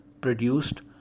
produced